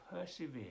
persevere